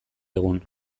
egun